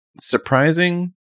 surprising